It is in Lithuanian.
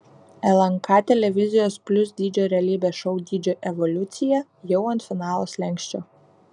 lnk televizijos plius dydžio realybės šou dydžio evoliucija jau ant finalo slenksčio